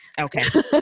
Okay